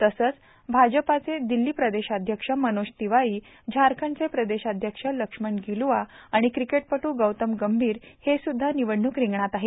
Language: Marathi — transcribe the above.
तसेच भाजपाचे दिल्ली प्रदेशाध्यक्ष मनोज तिवारी झारखंडचे प्रदेशाध्यक्ष लक्ष्मण गिलुआ आणि क्रिकेटपटू गौतम गंभीर हे सुध्दा निवडणूक रिंगणात आहेत